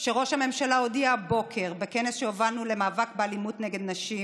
שראש הממשלה הודיע הבוקר בכנס שהובלנו למאבק באלימות נגד נשים,